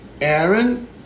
Aaron